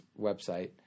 website